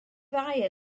ddau